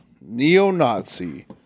neo-Nazi